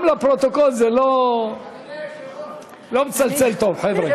גם לפרוטוקול זה לא מצלצל טוב, חבר'ה.